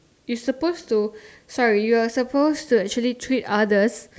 you supposed to sorry you're supposed to actually treat others